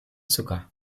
zucker